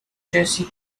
jesse